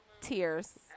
tears